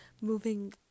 Moving